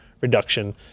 reduction